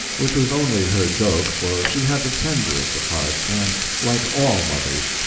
which was only her joke, for she had the tenderest of hearts, and, like all mothers,